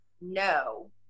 no